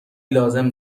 لازم